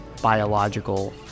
biological